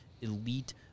elite